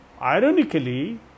Ironically